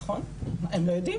נכון הם לא יודעים.